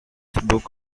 book